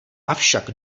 avšak